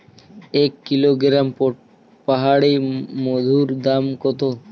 এক কিলোগ্রাম পাহাড়ী মধুর দাম কত?